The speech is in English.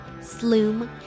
Sloom